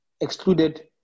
excluded